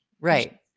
Right